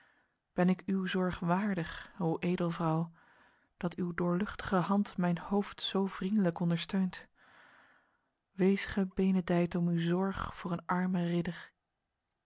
ben ik uw zorg waardig o edelvrouw dat uw doorluchtige hand mijn hoofd zo vriendelijk ondersteunt wees gebenedijd om uw zorg voor een arme ridder